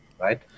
right